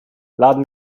laden